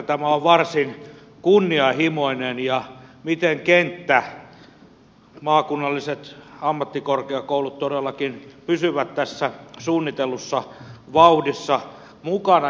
tämä on varsin kunnianhimoinen ja miten kenttä maakunnalliset ammattikorkeakoulut todellakin pysyy tässä suunnitellussa vauhdissa mukana